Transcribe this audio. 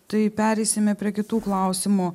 tai pereisime prie kitų klausimų